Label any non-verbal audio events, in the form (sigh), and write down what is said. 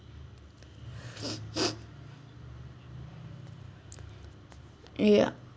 (breath) ya